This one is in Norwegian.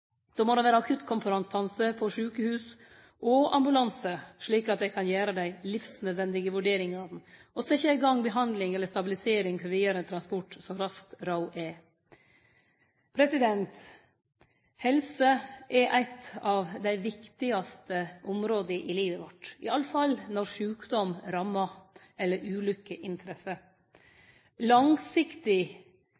Då må det vere akuttkompetanse på lokalsjukehuset, og ambulanse, slik at dei kan gjere dei livsnødvendige vurderingane og setje i gang behandling eller stabilisering for vidare transport så raskt råd er. Helse er eit av dei viktigaste områda i livet vårt, iallfall når sjukdom rammar, eller når ulukker inntreffer.